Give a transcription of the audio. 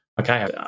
okay